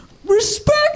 Respect